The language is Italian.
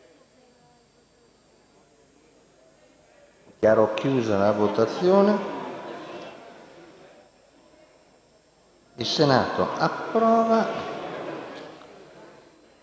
**Il Senato approva**.